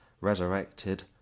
resurrected